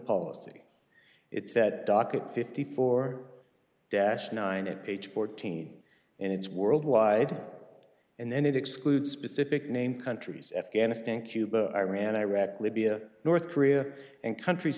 policy it said docket fifty four dollars dash nine at page fourteen and it's world wide and then it excludes specific name countries afghanistan cuba iran iraq libya north korea and countries